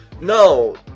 No